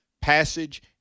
passage